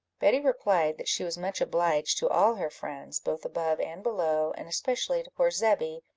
betty replied, that she was much obliged to all her friends, both above and below, and especially to poor zebby,